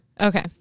Okay